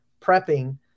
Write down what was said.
prepping